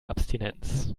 abstinenz